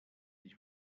ich